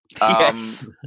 Yes